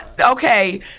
Okay